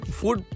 food